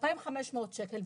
2,500 שקל.